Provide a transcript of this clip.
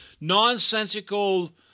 nonsensical